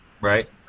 Right